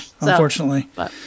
Unfortunately